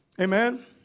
Amen